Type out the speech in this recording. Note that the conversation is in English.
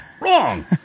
Wrong